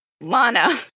Lana